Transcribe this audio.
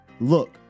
look